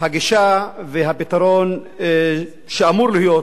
הגישה והפתרון שאמורים להיות,